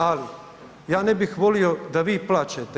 Ali ja ne bih volio da vi plačete.